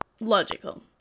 logical